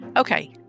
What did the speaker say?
Okay